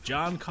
John